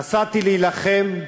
נסעתי להילחם,